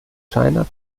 china